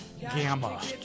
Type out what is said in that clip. Gamma